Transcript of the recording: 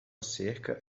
cerca